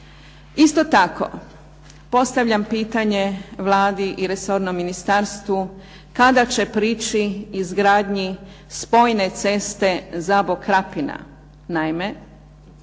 Isto tako, postavljam pitanje Vladi i resornom ministarstvu kada će prići izgradnji spojne ceste Zabok – Krapina.